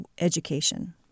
education